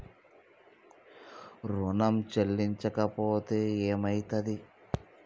ఋణం చెల్లించకపోతే ఏమయితది?